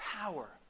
power